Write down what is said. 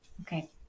Okay